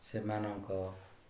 ସେମାନଙ୍କ